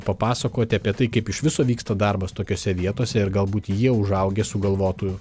papasakoti apie tai kaip iš viso vyksta darbas tokiose vietose ir galbūt jie užaugę sugalvotų